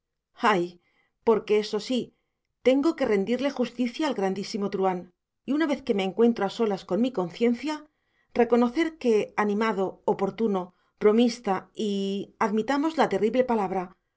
ay porque eso sí tengo que rendirle justicia al grandísimo truhán y una vez que me encuentro a solas con mi conciencia reconocer que animado oportuno bromista y